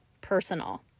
personal